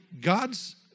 God's